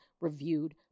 reviewed